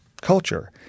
culture